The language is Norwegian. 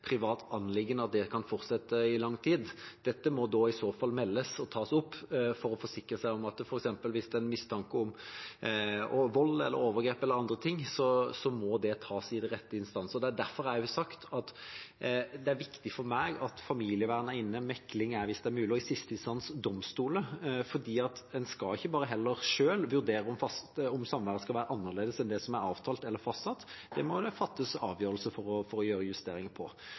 privat anliggende at det kan fortsette i lang tid. Dette må i så fall meldes og tas opp for å forsikre seg om at hvis det f.eks. er mistanke om vold eller overgrep eller andre ting, må det tas i de rette instanser. Det er derfor jeg har sagt at det er viktig for meg at familievernet er inne, mekling hvis det er mulig, og i siste instans domstolene. For en skal ikke selv vurdere om samværet skal være annerledes enn det som er avtalt eller fastsatt. Det må fattes en avgjørelse for å gjøre justeringer i det. Så her er det viktig å være ryddig for å